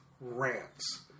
rants